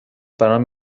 برام